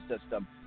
system